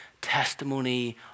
testimony